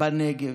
בנגב.